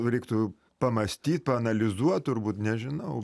reiktų pamąstyt paanalizuot turbūt nežinau